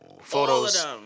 Photos